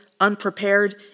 unprepared